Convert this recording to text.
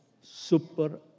super